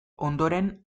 ondoren